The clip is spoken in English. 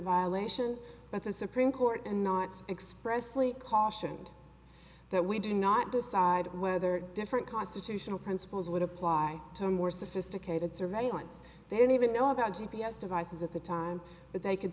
violation but the supreme court and not expressly cautioned that we do not decide whether different constitutional principles would apply to a more sophisticated surveillance they don't even know about g p s devices of the time but they c